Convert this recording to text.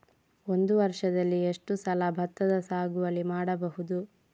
ಒಂದು ವರ್ಷದಲ್ಲಿ ಎಷ್ಟು ಸಲ ಭತ್ತದ ಸಾಗುವಳಿ ಮಾಡಬಹುದು?